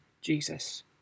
Jesus